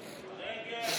קבוצת סיעת ש"ס,